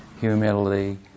humility